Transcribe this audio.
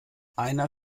einer